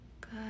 Good